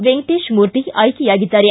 ವೆಂಕಟೇಶ್ ಮೂರ್ತಿ ಆಯ್ಕೆಯಾಗಿದ್ದಾರೆ